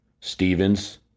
Stevens